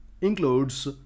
includes